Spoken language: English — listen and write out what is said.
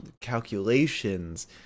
calculations